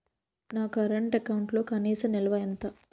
నా కరెంట్ అకౌంట్లో కనీస నిల్వ ఎంత?